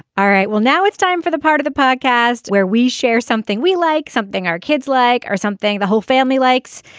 all right. well now it's time for the part of the podcast where we share something we like something our kids like or something the whole family likes.